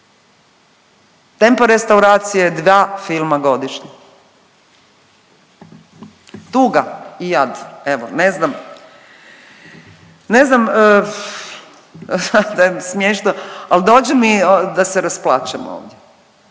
tempo restauracije dva filma godišnje. Tuga i jad, evo ne znam, ne znam sad je smiješno, al dođe mi da se rasplačem ovdje